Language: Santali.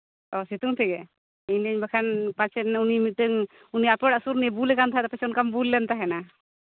ᱚ ᱥᱤᱛᱩᱝ ᱛᱮᱜᱮ ᱢᱮᱱᱫᱟᱹᱧ ᱵᱟᱠᱷᱟᱱ ᱯᱟᱪᱮᱫ ᱩᱱᱤ ᱢᱤᱫᱴᱟᱝ ᱩᱱᱤ ᱟᱯᱮ ᱚᱲᱟᱜ ᱥᱩᱨ ᱨᱤᱱᱤᱡ ᱵᱩᱞᱟᱠᱟᱱ ᱛᱟᱦᱮᱸᱫ ᱫᱚ ᱯᱟᱪᱮᱫ ᱚᱱᱠᱟᱢ ᱵᱩᱞ ᱞᱮᱱ ᱛᱟᱦᱮᱱᱟ